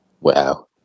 Wow